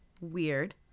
Weird